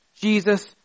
Jesus